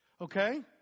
Okay